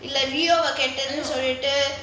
இல்ல:illa rio வ கெட்டவனு சொல்லிட்டு:va ketavanu sollitu